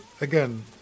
again